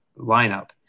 lineup